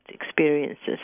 experiences